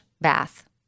bath